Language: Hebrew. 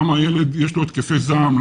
למה לילד יש התקפי זעם,